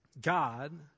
God